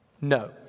No